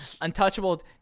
untouchable